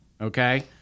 Okay